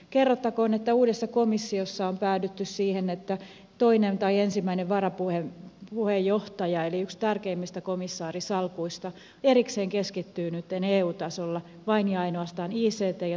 kerrottakoon että uudessa komissiossa on päädytty siihen että toinen tai ensimmäinen varapuheenjohtaja yksi tärkeimmistä komissaarisalkuista erikseen keskittyy nytten eu tasolla vain ja ainoastaan ict ja tuottavuuskysymyksiin